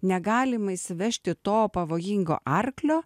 negalima įsivežti to pavojingo arklio